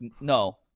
No